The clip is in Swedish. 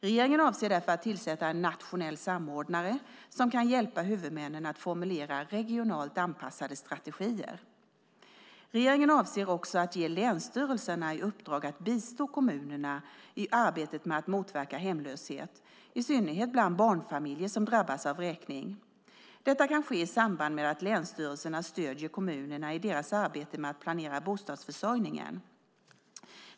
Regeringen avser därför att tillsätta en nationell samordnare som kan hjälpa huvudmännen att formulera regionalt anpassade strategier. Regeringen avser också att ge länsstyrelserna i uppdrag att bistå kommunerna i arbetet med att motverka hemlöshet, i synnerhet bland barnfamiljer som drabbas av vräkning. Det kan ske i samband med att länsstyrelserna stöder kommunerna i deras arbete med att planera bostadsförsörjningen.